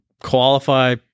qualify